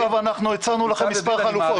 אבל מה שאתה אומר אינו אמת.